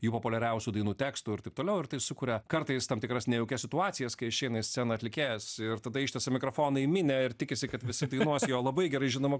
jų populiariausių dainų tekstų ir taip toliau ir tai sukuria kartais tam tikras nejaukias situacijas kai išeina į sceną atlikėjas ir tada ištiesia mikrofoną į minią ir tikisi kad visi dainuos jo labai gerai žinomą